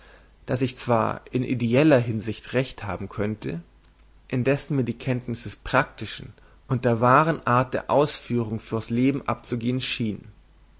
daß ich zwar in ideeller hinsicht recht haben könne indessen mir die kenntnis des praktischen und der wahren art der ausführung fürs leben abzugehen schein